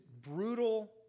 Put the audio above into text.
brutal